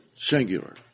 singular